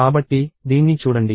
కాబట్టి దీన్ని చూడండి